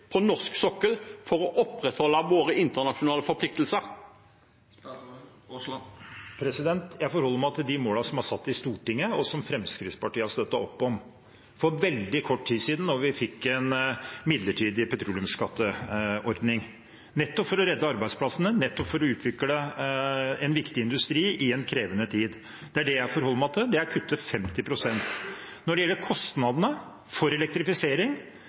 på norsk sokkel for å opprettholde våre internasjonale forpliktelser? Jeg forholder meg til de målene som er satt i Stortinget, og som Fremskrittspartiet har støttet opp om. For veldig kort tid siden fikk vi en midlertidig petroleumsskatteordning – nettopp for å redde arbeidsplassene, nettopp for å utvikle en viktig industri i en krevende tid. Det jeg forholder meg til, er å kutte 50 pst. Når det gjelder kostnadene for elektrifisering,